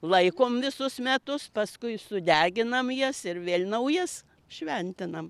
laikom visus metus paskui sudeginam jas ir vėl naujas šventinam